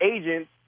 agents